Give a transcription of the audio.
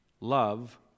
love